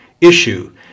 Issue